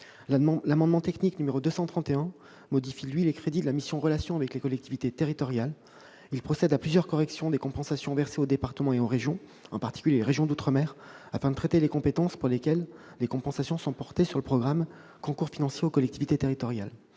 L'amendement technique n° 231 modifie, lui, les crédits de la mission « Relations avec les collectivités territoriales ». Il procède à plusieurs corrections des compensions versées aux départements et aux régions, en particulier les régions d'outre-mer, afin de traiter les compétences pour lesquelles les compensations sont portées sur le programme « Concours financiers aux collectivités territoriales